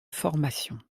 formation